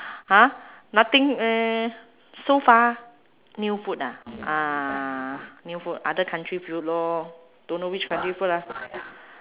!huh! nothing eh so far new food ah uh new food other country food lor don't know which country food lah